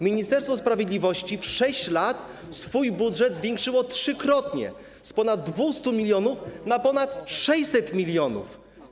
Ministerstwo Sprawiedliwości w 6 lat swój budżet zwiększyło trzykrotnie: z ponad 200 mln do ponad 600 mln.